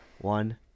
one